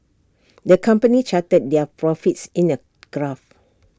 the company charted their profits in A graph